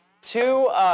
two